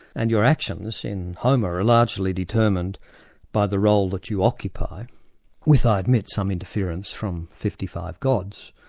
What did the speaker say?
and your actions, in homer, are largely determined by the role that you occupy with, i admit, some interference from fifty five gods.